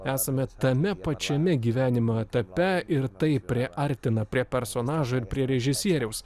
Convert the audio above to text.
esame tame pačiame gyvenimo etape ir tai priartina prie personažo ir prie režisieriaus